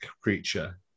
creature